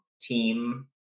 team